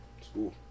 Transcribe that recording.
School